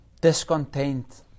discontent